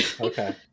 okay